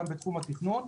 גם בתחום התכנון,